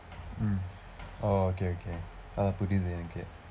mm oh okay okay ah புரியது எனக்கு:puriyathu enakku